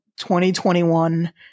2021